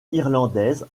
irlandaise